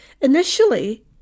Initially